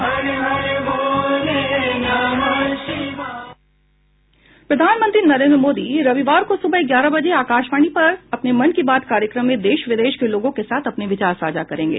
प्रधानमंत्री नरेन्द्र मोदी रविवार को सुबह ग्यारह बजे आकाशवाणी पर अपने मन की बात कार्यक्रम में देश विदेश के लोगों के साथ अपने विचार साझा करेंगे